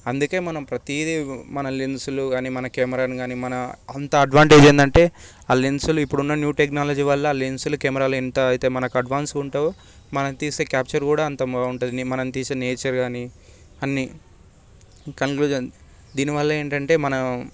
అందుకే మనం ప్రతిదీ మన లెన్సులు మన కెమెరాలు గానీ మన అంత అడ్వాంటేజ్ ఏంటంటే ఆ లెన్సులు ఇప్పుడు ఉన్న న్యూ టెక్నాలజీ వల్ల ఆ లెన్సులు కెమెరాలు ఎంత అయితే అంత అడ్వాన్స్గా ఉంటాయో మనం తీసే క్యాప్చర్ కూడా అంతా బాగుంటుంది మనం తీసే నేచర్ గానీ అన్ని కంక్లూజన్ దీనివల్ల ఏంటంటే మనం